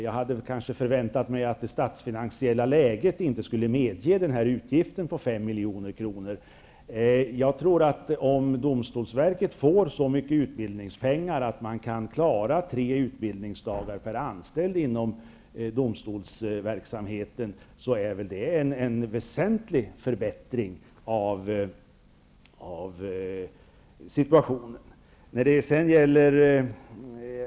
Jag hade kanske förväntat mig att det statsfinansiella läget inte skulle medge den här utgiften på 5 milj.kr. Om domstolsverket får så mycket utbildningspengar att man kan klara tre utbildningsdagar per anställd inom domstolsverket, är det en väsentlig förbättring av situationen.